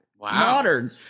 modern